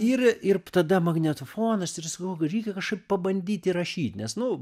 ir ir tada magnetofonas ir sakau reikia kažkaip pabandyt įrašyt nes nu